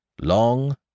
Long